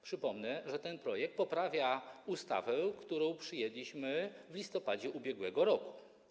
Przypomnę, że ten projekt poprawia ustawę, którą przyjęliśmy w listopadzie ub.r.